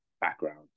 background